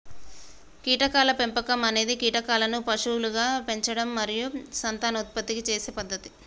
కీటకాల పెంపకం అనేది కీటకాలను పశువులుగా పెంచడం మరియు సంతానోత్పత్తి చేసే పద్ధతి